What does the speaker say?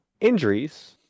injuries